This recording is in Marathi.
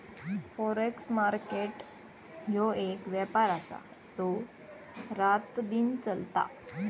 फॉरेक्स मार्केट ह्यो एक व्यापार आसा जो रातदिन चलता